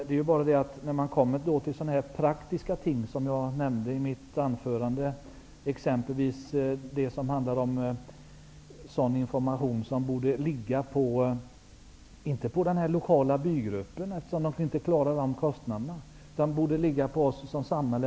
Det är bara det att sådana praktiska ting som jag nämnde i mitt anförande, exempelvis information, inte borde ligga på den lokala bygruppen, eftersom den inte klarar de kostnaderna, utan på samhället.